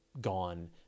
gone